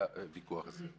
הוויכוח הזה.